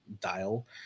dial